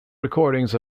recordings